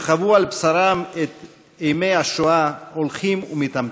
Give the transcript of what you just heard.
שחוו על בשרם את אימי השואה, הולכים ומתמעטים.